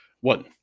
one